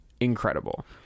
incredible